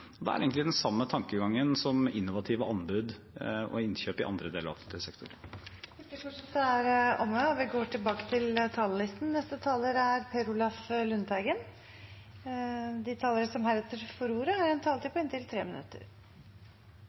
er egentlig den samme tankegangen som for innovative anbud og innkjøp i andre deler av offentlig sektor. Replikkordskiftet er omme. De talere som heretter får ordet, har også en taletid på inntil 3 minutter. Som